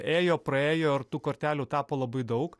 ėjo praėjo ir tų kortelių tapo labai daug